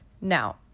now